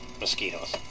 mosquitoes